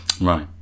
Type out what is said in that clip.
Right